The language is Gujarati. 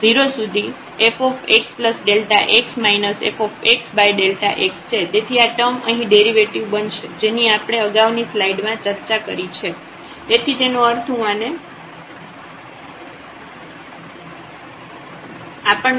તેથી આ ટર્મ અહીં ડેરિવેટિવ બનશે કે જેની આપણે અગાઉની સ્લાઈડ માં ચર્ચા કરી છે તેથી તેનો અર્થ હું આને ભૂંસી નાખું બરાબર